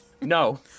No